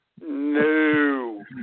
No